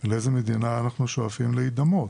לאיזו מדינה אנחנו שואפים להידמות.